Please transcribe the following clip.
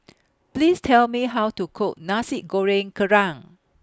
Please Tell Me How to Cook Nasi Goreng Kerang